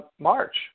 March